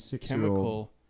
chemical